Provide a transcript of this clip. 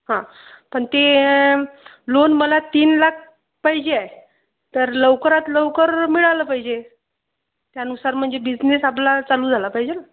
हां पण ते लोन मला तीन लाख पाहिजे आहे तर लवकरात लवकर मिळालं पाहिजे त्यानुसार म्हणजे बिझनेस आपला चालू झाला पाहिजे ना